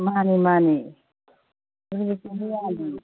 ꯃꯥꯅꯦ ꯃꯥꯅꯦ